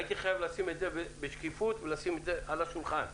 הייתי חייב לשים את זה בשקיפות ולשים את זה על השולחן.